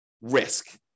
risk